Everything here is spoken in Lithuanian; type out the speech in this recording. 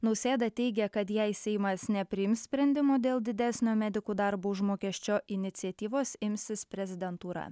nausėda teigia kad jei seimas nepriims sprendimo dėl didesnio medikų darbo užmokesčio iniciatyvos imsis prezidentūra